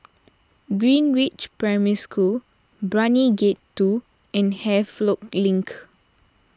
Greenridge Primary School Brani Gate two and Havelock Link